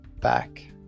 back